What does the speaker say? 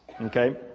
Okay